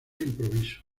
improviso